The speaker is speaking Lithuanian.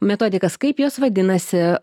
metodikas kaip jos vadinasi